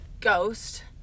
ghost